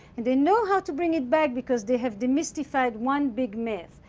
and they know how to bring it back because they have demystified one big myth,